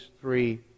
three